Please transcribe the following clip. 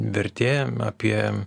vertė apie